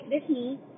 Disney